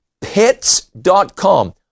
Pets.com